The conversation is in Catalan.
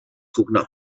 cognoms